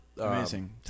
Amazing